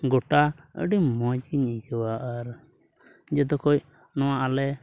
ᱜᱚᱴᱟ ᱟᱹᱰᱤ ᱢᱚᱡᱽᱜᱮᱧ ᱟᱹᱭᱠᱟᱹᱣᱟ ᱟᱨ ᱡᱚᱛᱚ ᱠᱷᱚᱱ ᱱᱚᱣᱟ ᱟᱞᱮ